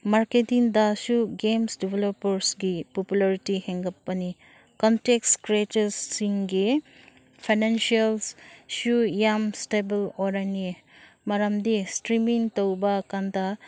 ꯃꯥꯔꯀꯦꯠꯇꯤꯡꯗꯁꯨ games ꯗꯦꯚꯂꯞꯄꯔꯁꯀꯤ popularity ꯍꯦꯟꯒꯠꯄꯅꯤ content ꯁ꯭ꯀ꯭ꯔꯦꯆꯔꯁꯤꯡꯒꯤ ꯐꯥꯏꯅꯥꯟꯁꯤꯌꯦꯜꯁꯨ ꯌꯥꯝ ꯁ꯭ꯇꯦꯕꯜ ꯑꯣꯏꯔꯅꯤ ꯃꯔꯝꯗꯤ ꯁ꯭ꯇ꯭ꯔꯤꯃꯤꯡ ꯇꯧꯕ ꯀꯥꯟꯗ